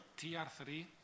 TR3